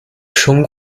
schon